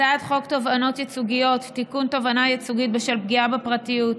הצעת חוק תובענות ייצוגיות (תיקון תובענה ייצוגית בשל פגיעה בפרטיות),